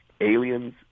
aliens